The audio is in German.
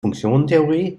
funktionentheorie